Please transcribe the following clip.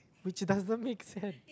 which doesn't make sense